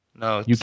No